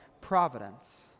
providence